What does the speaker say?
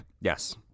yes